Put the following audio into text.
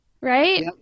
right